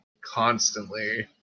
constantly